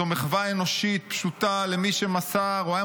זו מחווה אנושית פשוטה למי שמסר או היה